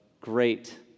great